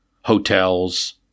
hotels